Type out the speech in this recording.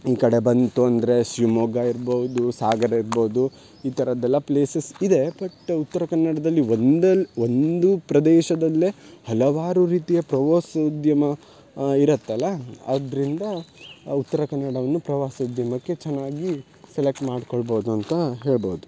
ಈ ಕಡೆ ಬಂತು ಅಂದರೆ ಶಿವಮೊಗ್ಗ ಇರ್ಬೌದು ಸಾಗರ ಇರ್ಬೌದು ಈ ಥರದ ಎಲ್ಲಾ ಪ್ಲೇಸಸ್ ಇದೆ ಬಟ್ ಉತ್ತರಕನಡದಲ್ಲಿ ಒಂದಲ್ಲ ಒಂದು ಪ್ರದೇಶದಲ್ಲೇ ಹಲವಾರು ರೀತಿಯ ಪ್ರವಾಸೋದ್ಯಮ ಇರತ್ತಲ್ಲಾ ಆದ್ದರಿಂದ ಉತ್ತರಕನ್ನಡವನ್ನು ಪ್ರವಾಸೋದ್ಯಮಕ್ಕೆ ಚೆನ್ನಾಗಿ ಸೆಲೆಕ್ಟ್ ಮಾಡ್ಕೊಳ್ಬೌದು ಅಂತ ಹೇಳ್ಬೌದು